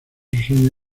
sueño